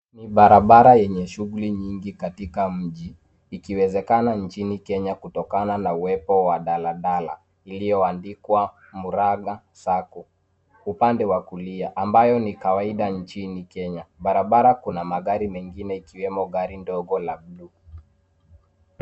Ni barabara yenye shughuli nyingi katika mji ikiwezekana nchini kenya kutokana na uwepo wa daladala ilioandikwa muranga sacco upande wa kulia ambayo ni kawaida nchini kenya. Barabara kuna magari mengine ikiwemo gari ndogo la bluu.